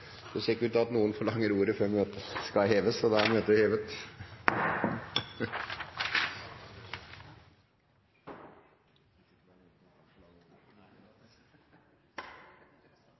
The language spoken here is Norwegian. Det ser ikke sånn ut. – Møtet er hevet.